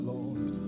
Lord